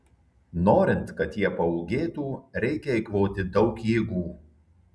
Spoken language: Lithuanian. norint kad jie paūgėtų reikia eikvoti daug jėgų